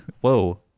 Whoa